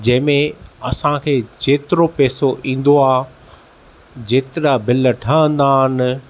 जंहिं में असां खे जेतिरो पैसो इंदो आहे जेतिरा बिल ठहंदा आहिनि